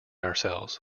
ourselves